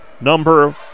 Number